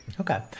okay